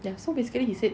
so basically he said